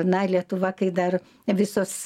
na lietuva kai dar visos